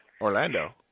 Orlando